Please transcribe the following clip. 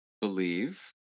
believe